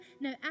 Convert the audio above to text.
no